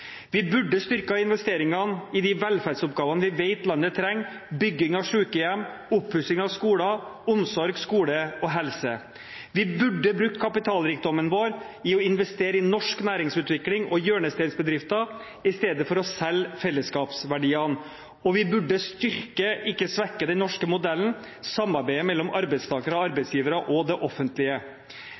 Vi burde ha styrket investeringene i de velferdsoppgavene vi vet landet trenger: bygging av sykehjem, oppussing av skoler, omsorg, skole og helse. Vi burde ha brukt kapitalrikdommen vår til å investere i norsk næringsutvikling og hjørnesteinsbedrifter i stedet for å selge fellesskapsverdiene. Og vi burde styrke, ikke svekke, den norske modellen: samarbeidet mellom arbeidstakere, arbeidsgivere og det offentlige.